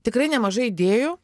tikrai nemažai idėjų